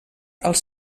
els